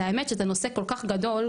האמת היא שזה נושא כל כך גדול,